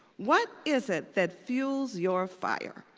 what is it that fuels your fire?